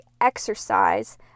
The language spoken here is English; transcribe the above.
exercise